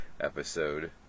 episode